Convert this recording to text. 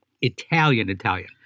Italian-Italian